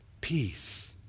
peace